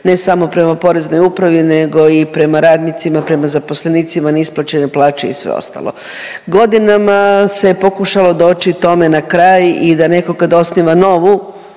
ne samo prema Poreznoj upravi nego i prema radnicima, prema zaposlenicima, neisplaćene plaće i sve ostalo. Godinama se pokušalo doći tome na kraj i da netko kad osniva novu